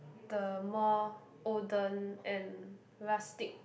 the more olden and rustic